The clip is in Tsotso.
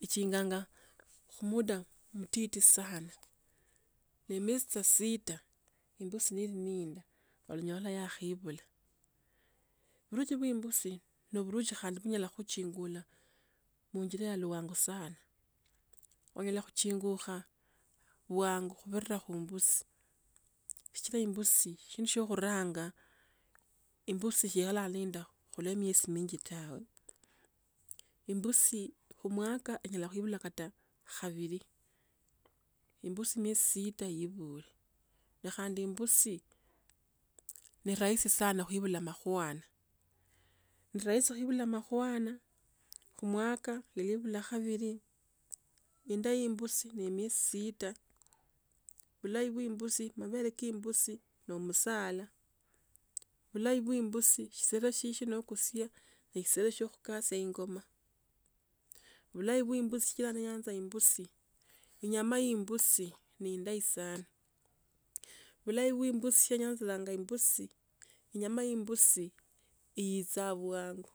Ikinganga, khumuda mtiti sana. Ne miezi tsa sita imbusi nyirnyinda, no nyola kha yakhaebula. Burusi bwa imbusi no burusi khandi bunyula kukhuingula, muchure alwango sana, yaekhebula kuchingukha bwangu kubirira khu imbusi, sichila imbusi shi shikhuranga imbusi shekha ilinda khule miezi mingi tawe. Imbusi kumwaka inyala kuibula kata kabili. Imbusi miezi sita ibue, ne khandi imbusi ni rahisi sana khuibula makwana. Ni rahisi kuibula makhwana kumwaka neibula kabili, inda ya imbusi ni miezi sita, bulayi bwa imbusi mabele ka imbusi no omusala. Bulayi bwa imbusi shitselo shishwo no okusia ne shitselo sho okusia ingoma. Bhulayi bwa imbusi. sikila niyaanza imbusi, inyama ya imbusi ni indayi sana. Bhulayi bwa imbusi kha imbusi, inyama ya imbusii yicha bwangu,